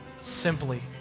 simply